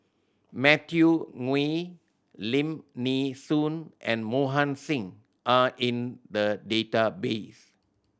Matthew Ngui Lim Nee Soon and Mohan Singh are in the database